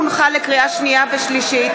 שהחזירה ועדת החינוך,